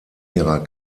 ihrer